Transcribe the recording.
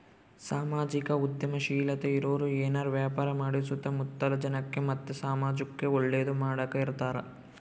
ಸಾಮಾಜಿಕ ಉದ್ಯಮಶೀಲತೆ ಇರೋರು ಏನಾರ ವ್ಯಾಪಾರ ಮಾಡಿ ಸುತ್ತ ಮುತ್ತಲ ಜನಕ್ಕ ಮತ್ತೆ ಸಮಾಜುಕ್ಕೆ ಒಳ್ಳೇದು ಮಾಡಕ ಇರತಾರ